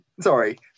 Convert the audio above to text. sorry